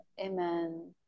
Amen